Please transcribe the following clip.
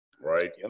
right